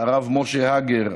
הרב משה הגר,